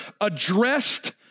addressed